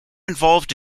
involved